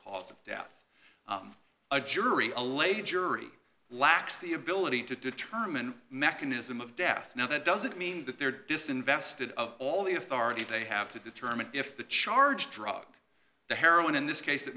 cause of death a jury a lay jury lacks the ability to determine mechanism of death now that doesn't mean that they're disinvested all the authority they have to determine if the charge drug the heroin in this case that